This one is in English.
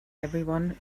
everyone